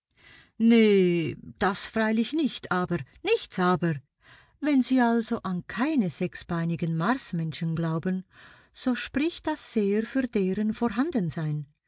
nee das freilich nicht aber nichts aber wenn sie also an keine sechsbeinigen marsmenschen glauben so spricht das sehr für deren vorhandensein